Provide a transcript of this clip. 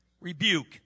rebuke